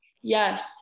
Yes